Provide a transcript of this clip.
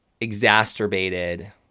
exacerbated